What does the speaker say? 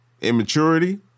Immaturity